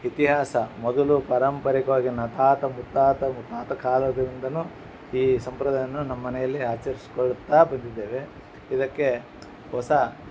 ಇತಿಹಾಸ ಮೊದಲು ಪಾರಂಪರಿಕವಾಗಿ ನಂತಾತ ಮುತ್ತಾತ ಮುತ್ತಾತಾ ಕಾಲದಿಂದ ಈ ಸಂಪ್ರದಾಯವನ್ನು ನಮ್ಮ ಮನೆಯಲ್ಲಿ ಆಚರಿಸ್ಕೊಳ್ತಾ ಬಂದಿದ್ದೇವೆ ಇದಕ್ಕೆ ಹೊಸ